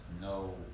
no